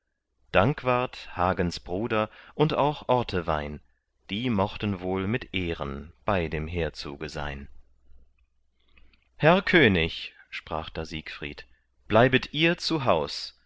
dankwart hagens bruder und auch ortewein die mochten wohl mit ehren bei dem heerzuge sein herr könig sprach da siegfried bleibet ihr